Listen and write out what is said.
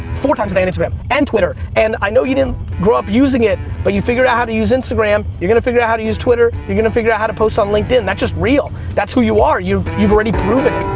four times a day on instagram. and twitter, and i know you didn't grow up using it, but you figured out how to use instagram. you're gonna figure out how to use twitter, you're gonna figure out how to post on linkedin. that's just real. that's who you are. you've you've already proven.